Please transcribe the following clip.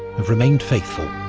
have remained faithful.